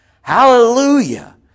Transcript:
Hallelujah